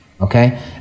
okay